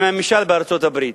עם הממשל בארצות-הברית.